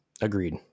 Agreed